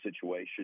situation